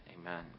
Amen